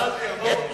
ציינתי, 400 קילומטר,